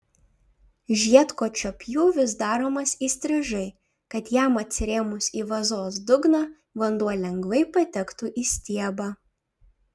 žiedkočio pjūvis daromas įstrižai kad jam atsirėmus į vazos dugną vanduo lengvai patektų į stiebą